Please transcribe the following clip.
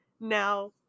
now